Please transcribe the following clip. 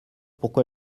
pourquoi